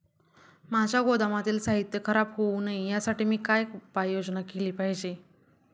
माझ्या गोदामातील साहित्य खराब होऊ नये यासाठी मी काय उपाय योजना केली पाहिजे?